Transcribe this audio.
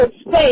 space